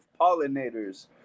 pollinators